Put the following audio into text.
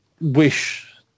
wish